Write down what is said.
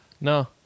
No